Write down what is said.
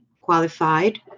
qualified